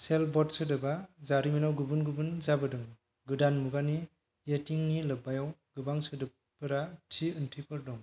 सेलबट सोदोबा जारिमिनाव गुबुन गुबुन जाबोदों गोदान मुगानि याटिंनि लोब्बायाव गोबां सोदोबफोरा थि ओंथिफोर दं